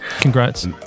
Congrats